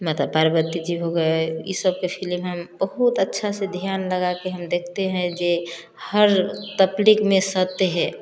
माता पार्वती जी हो गए ई सब के फिलिम हम बहुत अच्छा से ध्यान लगाके हम देखते हैं जे हर तकलीफ में सहते हैं